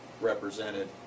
represented